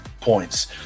points